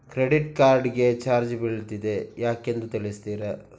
Credit card ಗೆ charge ಬೀಳ್ತಿದೆ ಯಾಕೆಂದು ತಿಳಿಸುತ್ತೀರಾ?